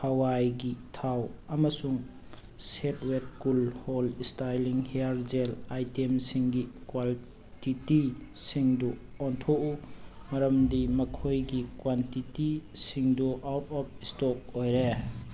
ꯍꯋꯥꯏꯒꯤ ꯊꯥꯎ ꯑꯃꯁꯨꯡ Set Wet cool hold styling hair gel ꯑꯥꯏꯇꯦꯝꯁꯤꯡꯒꯤ ꯀ꯭ꯋꯥꯟꯇꯤꯇꯤꯁꯤꯡꯗꯨ ꯑꯣꯟꯊꯣꯛꯎ ꯃꯔꯝꯗꯤ ꯃꯈꯣꯏꯒꯤ ꯀ꯭ꯋꯥꯟꯇꯤꯇꯤ ꯁꯤꯡꯗꯣ ꯑꯥꯎꯠ ꯑꯣꯐ ꯏꯁꯇꯣꯛ ꯑꯣꯏꯔꯦ